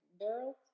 world